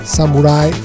Samurai